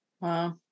Wow